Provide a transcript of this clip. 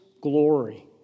glory